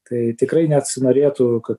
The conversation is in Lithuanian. tai tikrai nesinorėtų kad